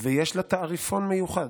ויש לה תעריפון מיוחד.